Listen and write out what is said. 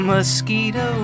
Mosquito